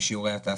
בשיעורי התעסוקה,